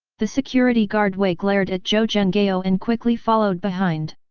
the security guard wei glared at zhou zhenghao and quickly followed behind.